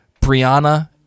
Brianna